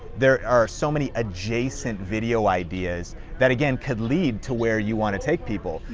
there are so many adjacent video ideas that again could lead to where you wanna take people.